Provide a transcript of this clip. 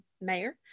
mayor